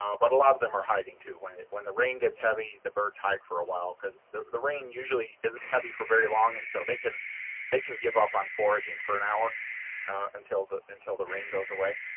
but a lot of them are hiding too. when when the rain gets heavy the birds hide for a while because the the rain usually isn't heavy for very long and so they can they can give up on foraging for an hour until the until the rain goes away.